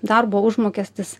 darbo užmokestis